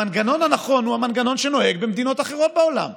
המנגנון הנכון הוא מנגנון שנוהג במדינות אחרות בעולם.